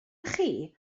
chi